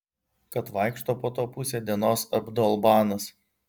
kad vaikšto po to pusę dienos abdolbanas